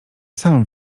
sam